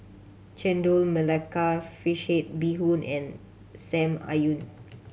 Chendol Melaka fish head bee hoon and Sam